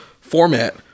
format